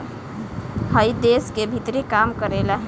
हइ देश के भीतरे काम करेला